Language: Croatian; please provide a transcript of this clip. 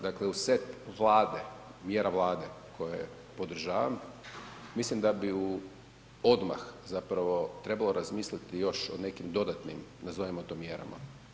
Dakle, uz set Vlade, mjera Vlade koje podržavam mislim da bi u odmah zapravo trebalo razmisliti još o nekim dodatnim nazovimo to mjerama.